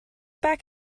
back